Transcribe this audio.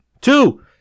two